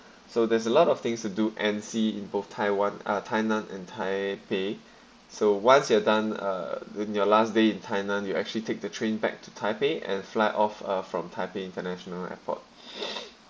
so there's a lot of things to do and see in both taiwan ah tainan and taipei so once you are done uh in your last day in tainan you actually take the train back to taipei and fly off uh from taipei international airport